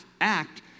act